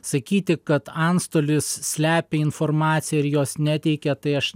sakyti kad antstolis slepia informaciją ir jos neteikia tai aš